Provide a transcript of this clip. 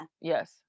yes